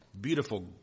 beautiful